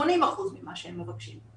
80% ממה שהם מבקשים,